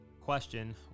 question